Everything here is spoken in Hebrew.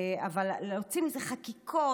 אבל להוציא מזה חקיקות?